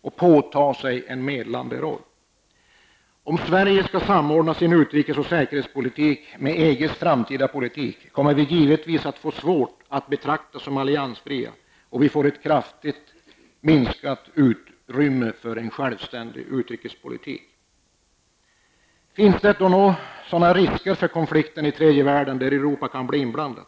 och påta sig en medlande roll. Om Sverige skall samordna sin utrikes och säkerhetspolitik med EGs framtida politik kommer Sverige givetvis att få svårt att betraktas som alliansfritt, och vi får ett kraftigt minskat utrymme för en självständig utrikespolitik. Finns det då några risker för sådana konflikter i tredje världen där Europa kan bli inblandat?